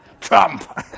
Trump